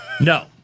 No